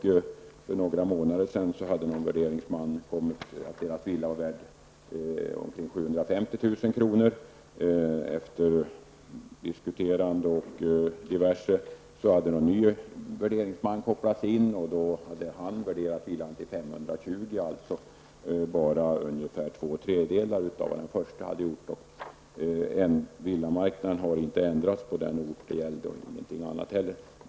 För några månader sedan hade en värderingsman kommit fram till att deras villa var värd omkring 750 000 kr. Efter diskuterande och diverse annat hade en ny värderingsman kopplats in. Han värderade villan till 520 000 kr., alltså bara ungefär två tredjedelar av vad den första hade värderat den till. Villamarknaden har inte ändrats på den orten det gällde och ingenting annat heller.